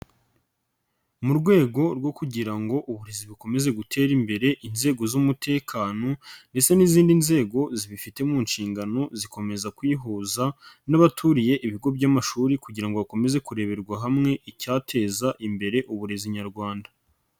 Mu rwego rwo kugira ngo uburezi bukomeze gutere imbere, inzego z'umutekano ndetse n'izindi nzego zibifite mu nshingano zikomeza kuyihuza n'abaturiye ibigo by'amashuri kugira ngo bakomeze kureberwa hamwe icyateza imbere uburezi nyarwanda.